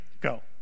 go